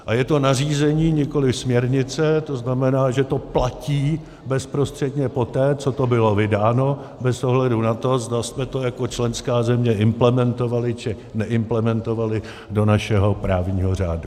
A je to nařízení, nikoli směrnice, to znamená, že to platí bezprostředně poté, co to bylo vydáno, bez ohledu na to, zda jsme to jako členská země implementovali, či neimplementovali do našeho právního řádu.